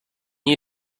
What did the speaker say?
you